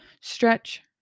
stretch